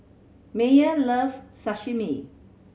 Maye loves Sashimi